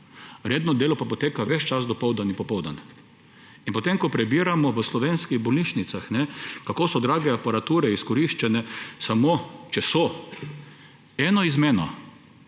redno delo pa poteka ves čas dopoldan in popoldan. In ko prebiramo v slovenskih bolnišnicah, kako so drage aparature izkoriščene samo, če so, eno izmeno,